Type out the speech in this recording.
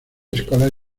escolar